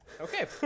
Okay